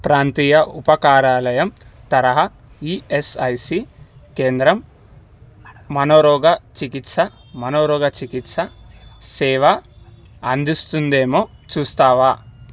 ప్రాంతీయ ఉపకార్యాలయం తరహా ఈఎస్ఐసి కేంద్రం మనోరోగ చికిత్సా మనోరోగ చికిత్సా సేవ అందిస్తుందేమో చూస్తావా